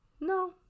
no